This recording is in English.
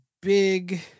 big